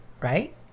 right